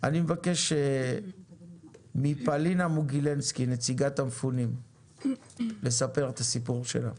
אני מבקש מפאלינה מוגילניצקי נציגת המפונים לספר את הסיפור שלה.